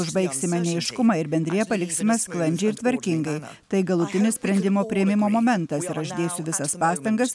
užbaigsime neaiškumą ir bendriją paliksime sklandžiai ir tvarkingai tai galutinio sprendimo priėmimo momentas ar aš dėsiu visas pastangas